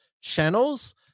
channels